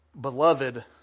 beloved